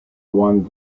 won